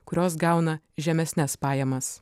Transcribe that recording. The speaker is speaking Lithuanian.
kurios gauna žemesnes pajamas